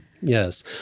Yes